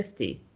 50